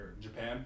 Japan